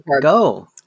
Go